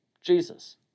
Jesus